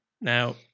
Now